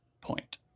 Point